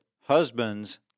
Husbands